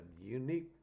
unique